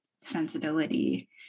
sensibility